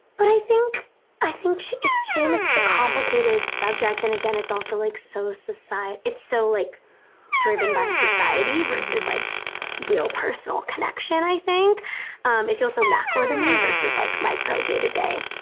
but i think i think, it's, shame is such a complicated subject. and again it's also like so soci, it's so like driven by society versus like real personal connection. i think um it's also macro to me versus like micro day to day.